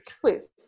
Please